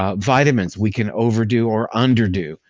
ah vitamins we can overdo or under-do.